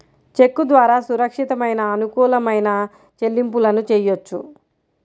చెక్కు ద్వారా సురక్షితమైన, అనుకూలమైన చెల్లింపులను చెయ్యొచ్చు